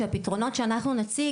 שהפתרונות שאנחנו נציג,